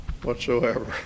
Whatsoever